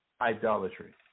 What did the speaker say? idolatry